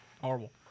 Horrible